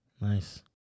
Nice